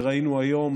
וראינו היום,